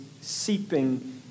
seeping